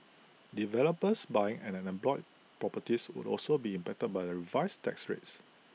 developers buying en bloc properties would also be impacted by the revised tax rates